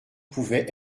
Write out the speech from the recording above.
pouvait